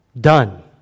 Done